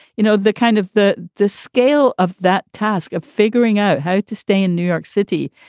you know, the kind of the the scale of that task of figuring out how to stay in new york city,